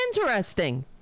interesting